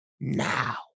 now